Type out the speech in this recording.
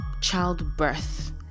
childbirth